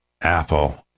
Apple